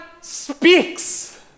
speaks